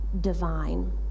divine